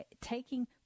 taking